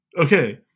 Okay